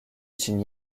için